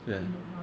ya